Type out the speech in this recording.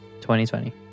2020